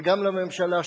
וגם לממשלה,